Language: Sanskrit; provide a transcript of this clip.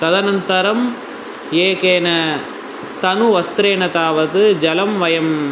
तदनन्तरम् एकेन तनुवस्त्रेण तावत् जलं वयम्